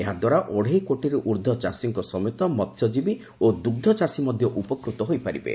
ଏହା ଦ୍ୱାରା ଅଢ଼େଇ କୋଟିରୁ ଊର୍ଦ୍ଧ୍ୱ ଚାଷୀଙ୍କ ସମେତ ମହ୍ୟଜୀବୀ ଓ ଦୁଗ୍ରଚାଷୀ ମଧ୍ୟ ଉପକୃତ ହୋଇପାରିବେ